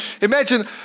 Imagine